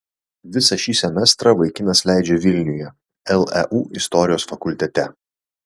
visą šį semestrą vaikinas leidžia vilniuje leu istorijos fakultete